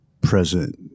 present